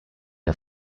der